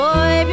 Boy